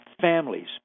families